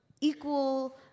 equal